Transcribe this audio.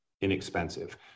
inexpensive